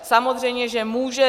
Samozřejmě může.